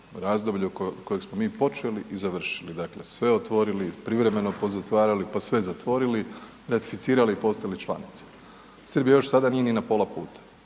razdoblje kojeg smo mi počeli i završili, dakle sve otvorili, privremeno pozatvarali, pa sve zatvorili, ratificirali i postali članice. Srbija još sada nije ni na pola puta,